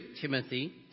Timothy